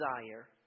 desire